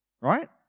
right